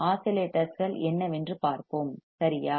ஆஸிலேட்டர்கள் என்னவென்று பார்ப்போம் சரியா